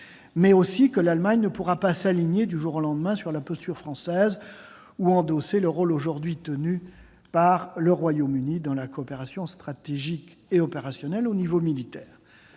mais aussi que l'Allemagne ne pourra pas s'aligner du jour au lendemain sur la posture française ou endosser le rôle aujourd'hui tenu par le Royaume-Uni dans la coopération stratégique et opérationnelle en matière militaire.